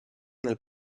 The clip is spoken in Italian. nel